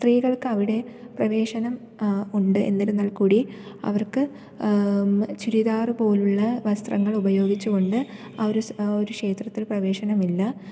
സ്ത്രീകൾക്കവിടെ പ്രവേശനം ഉണ്ട് എന്നിരുന്നാൽക്കൂടി അവർക്ക് ചുരിദാർ പോലുള്ള വസ്ത്രങ്ങൾ ഉപയോഗിച്ചുകൊണ്ട് ആയൊരു ഒരു ക്ഷേത്രത്തിൽ പ്രവേശനമില്ല